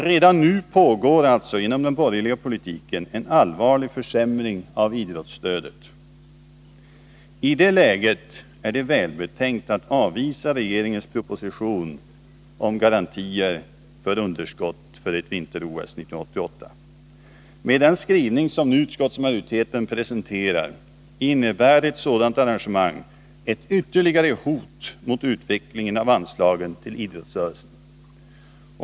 Redan nu pågår alltså genom den borgerliga politiken en allvarlig försämring av idrottsstödet. I det läget är det välbetänkt att avvisa regeringens proposition om garantier för underskott för ett vinter-OS 1988. Med den skrivning som nu utskottsmajoriteten presenterar innebär ett sådant arrangemang ett ytterligare hot mot utvecklingen av anslagen till idrottsrörelsen.